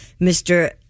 Mr